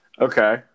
Okay